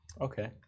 Okay